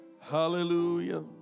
Hallelujah